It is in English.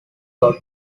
todd